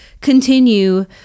continue